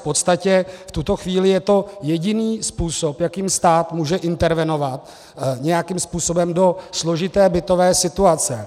V podstatě v tuto chvíli je to jediný způsob, jakým stát může intervenovat nějakým způsobem do složité bytové situace.